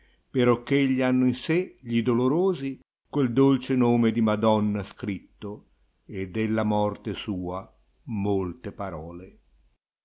duole perocch egli hanno in sé gli dolorosi quel dolce nome di madonna scritto della morte sua molte parole